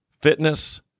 fitness